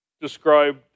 described